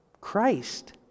Christ